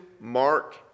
Mark